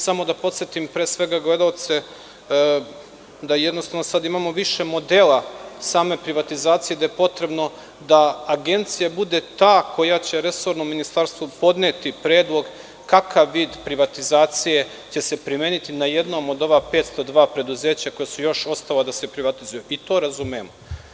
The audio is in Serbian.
Samo da podsetim, pre svega, gledaoce da jednostavno sada imamo više modela same privatizacije gde je potrebno da Agencija bude ta koja će resornom ministarstvu podneti predlog kakav vid privatizacije će se primeniti na jednom od ova 502 preduzeća koja su još ostala da se privatizuju i to razumemo.